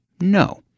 No